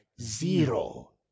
zero